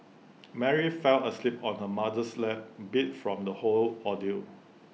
Mary fell asleep on her mother's lap beat from the whole ordeal